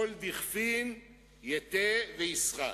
כל דכפין ייתי ויסחט.